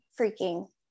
freaking